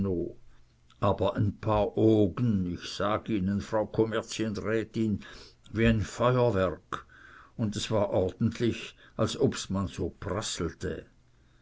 aber een paar oogen ich sag ihnen frau kommerzienrätin wie'n feuerwerk un es war orntlich als ob's man so prasselte